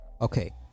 Okay